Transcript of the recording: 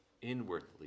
inwardly